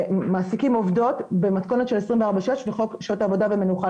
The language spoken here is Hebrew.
מעסיקים עובדות במתכונת של 24/6 וחוק שעות העבודה והמנוחה,